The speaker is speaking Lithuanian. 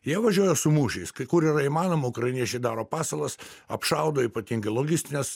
jie važiuoja su mūšiais kai kur yra įmanoma ukrainiečiai daro pasalas apšaudo ypatingai logistines